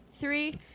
three